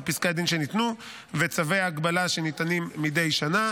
בדבר פסקי הדין שניתנו וצווי ההגבלה שניתנים מדי שנה.